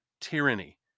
tyranny